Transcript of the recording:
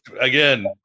again